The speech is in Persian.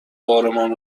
بارمان